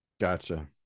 gotcha